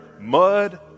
mud